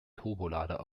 turbolader